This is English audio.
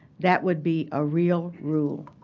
that would be a real rule.